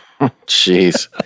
Jeez